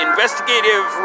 Investigative